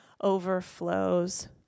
overflows